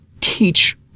teach